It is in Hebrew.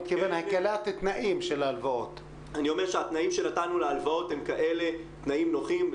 התנאים שנתנו להלוואות הם כאלה תנאים נוחים,